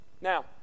now